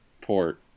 port